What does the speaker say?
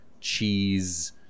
cheese